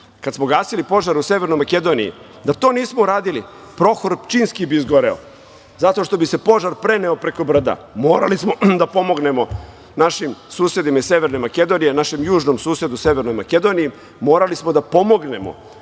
smo gasili požar u Severnoj Makedoniji, da to nismo uradili, Prohor Pčinjski bi izgoreo, zato što bi se požar preneo preko brda. Morali smo da pomognemo našim susedima iz Severne Makedonije, našem južnom susedu, Severnoj Makedoniji, jer da nismo pomogli,